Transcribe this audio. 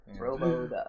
Robo